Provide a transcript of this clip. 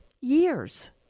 years